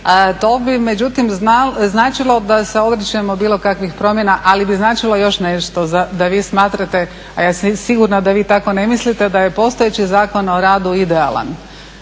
To bi međutim značilo da se odričemo bilo kakvih promjena, ali bi značilo još nešto, da vi smatrate a ja sam siguran da vi tako ne mislite, da je postojeći Zakon o radu idealan